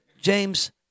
James